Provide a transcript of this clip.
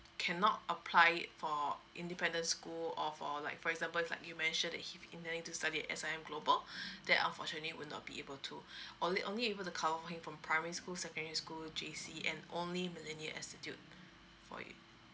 cannot apply it for independent school or for like for examples like you mentioned that he intending to study at S_I_M global that unfortunately will not be able to only only able to cover him from primary school secondary school J_C and only millennium institute for you